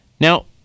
Now